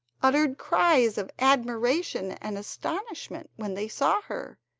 uttered cries of admiration and astonishment when they saw her,